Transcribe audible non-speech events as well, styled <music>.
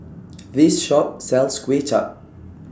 <noise> This Shop sells Kuay Chap